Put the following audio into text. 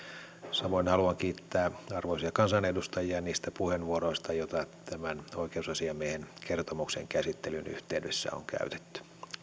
samoin haluan kiittää arvoisia kansanedustajia niistä puheenvuoroista joita tämän oikeusasiamiehen kertomuksen käsittelyn yhteydessä on käytetty